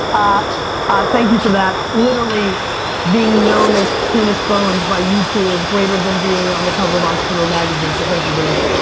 ah ah thank you for that. literally being known as cleanest bones by youtube is greater than being on the cover of entrepreneur magazine so thank you for